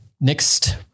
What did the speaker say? Next